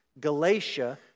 Galatia